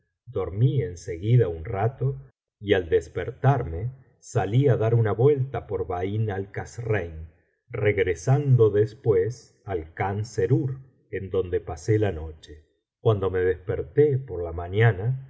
dormí en seguida un rato y al despertarme salí á dar una vuelta por bain álkasrein regresando después al khan serur en donde pasó la noche cuando me desperté por la mañana